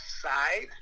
side